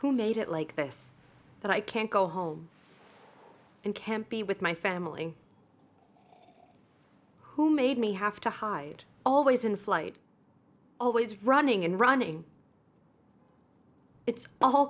who made it like this that i can't go home and can't be with my family who made me have to hide always in flight always running and running it's a